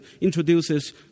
introduces